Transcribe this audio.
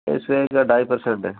ऐसे इनका ढाई पर्सेन्ट है